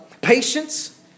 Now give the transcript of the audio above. patience